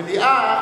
המליאה,